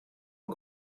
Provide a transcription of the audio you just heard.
een